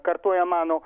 kartoja mano